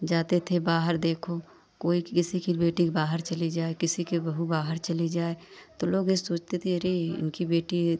जाते थे बाहर देखो कोई के किसी की बेटी बाहर चली जाए किसी की बहू बाहर चली जाए तो लोग यह सोचते थे अरे उनकी बेटी